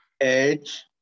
Edge